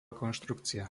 konštrukcia